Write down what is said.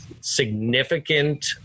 significant